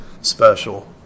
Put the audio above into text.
special